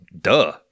Duh